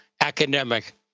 academic